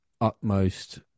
utmost